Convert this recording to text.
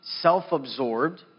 self-absorbed